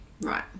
Right